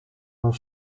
van